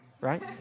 right